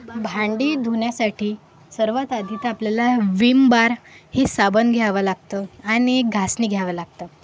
भांडी धुण्यासाठी सर्वात आधी तर आपल्याला विम बार हे साबण घ्यावं लागतं आणि एक घासणी घ्यावं लागतं